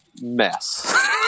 mess